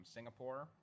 Singapore